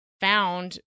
found